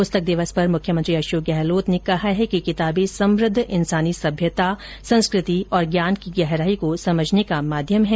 पुस्तक दिवस पर मुख्यमंत्री अशोक गहलोत ने कहा है कि किताबे समृद्ध इंसानी सभ्यता संस्कृति और ज्ञान की गहराई को समझने का माध्यम हैं